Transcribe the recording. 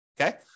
Okay